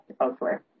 elsewhere